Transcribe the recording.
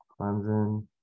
Clemson